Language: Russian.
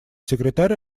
секретарь